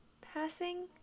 passing